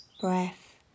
breath